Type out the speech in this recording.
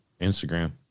Instagram